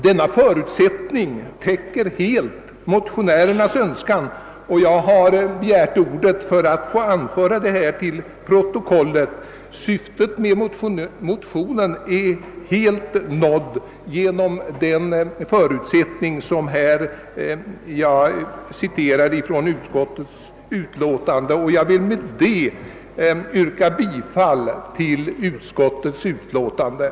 Denna förutsättning täcker helt motionärernas önskan, och jag begärde ordet för att anföra det till protokollet. Syftet med motionen är helt nått genom den skrivning som jag citerade från utskottets utlåtande. Jag vill med detta, herr talman, be att få yrka bifall till utskottets hemställan.